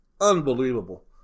Unbelievable